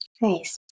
Nice